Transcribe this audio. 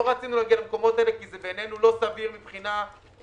לא רצינו להגיע למקומות האלה כי לא סביר בעיניו מבחינה ציבורית